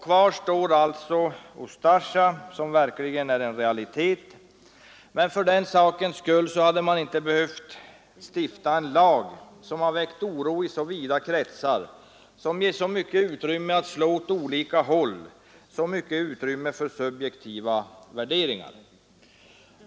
Kvar står Ustasja som i hög grad är en realitet, men för den sakens skull hade man inte behövt stifta en lag som väckt oro i så vida kretsar och som ger så mycket utrymme att slå åt olika håll, så mycket utrymme för subjektiva värderingar.